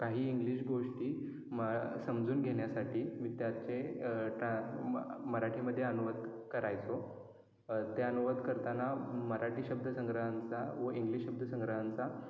काही इंग्लिश गोष्टी मा समजून घेण्यासाठी मी त्याचे टा मराठीमध्ये अनुवाद करायचो ते अनुवाद करताना मराठी शब्दसंग्रहांचा व इंग्लिश शब्दसंग्रहांचा